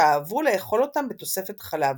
שאהבו לאכול אותם בתוספת חלב.